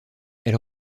elle